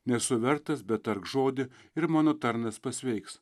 nesu vertas bet tark žodį ir mano tarnas pasveiks